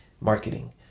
marketing